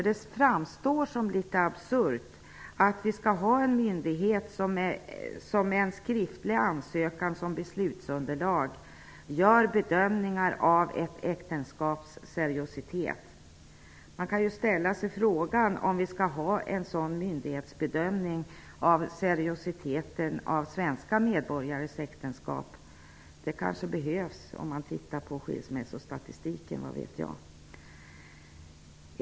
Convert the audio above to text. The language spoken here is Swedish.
Det framstår som litet absurt att vi skall ha en myndighet som med en skriftlig ansökan som beslutsunderlag gör bedömningar av ett äktenskaps seriositet. Man kan ställa sig frågan om vi också skall ha en sådan myndighetsbedömning av seriositeten av svenska medborgares äktenskap. Det kanske behövs, om man tittar på skilsmässostatistiken, vad vet jag.